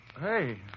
hey